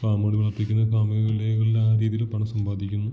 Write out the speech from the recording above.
ഫാമുകളിൽ വളർത്തിക്കുന്ന ആ രീതിയിൽ പണം സമ്പാദിക്കുന്നു